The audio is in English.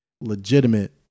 legitimate –